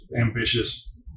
ambitious